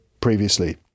previously